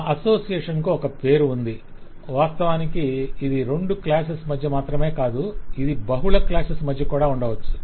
ఆ అసోసియేషన్కు ఒక పేరు ఉంది వాస్తవానికి ఇది రెండు క్లాసెస్ మధ్య మాత్రమే కాదు ఇది బహుళ క్లాసెస్ మధ్య కూడా ఉండవచ్చు